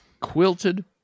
quilted